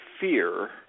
fear